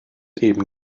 eben